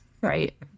right